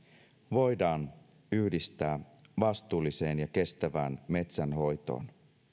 voidaan yhdistää vastuulliseen ja kestävään metsänhoitoon